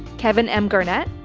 kevin m garnet.